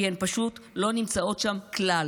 כי הן פשוט לא נמצאות שם כלל.